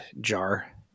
jar